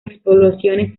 explosiones